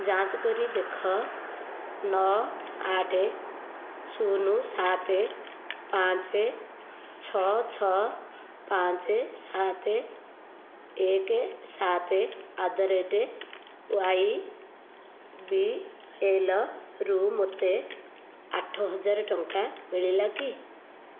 ଯାଞ୍ଚ୍ କରି ଦେଖ ନଅ ଆଠ ଶୂନ ସାତ ପାଞ୍ଚ ଛଅ ଛଅ ପାଞ୍ଚ ସାତ ଏକ ସାତ at the rate Y B L ରୁ ମୋତେ ଆଠ ହଜାର ଟଙ୍କା ମିଳିଲା କି